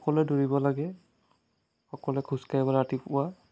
সকলোৱে দৌৰিব লাগে সকলোৱে খোজ কাঢ়িব ৰাতিপুৱা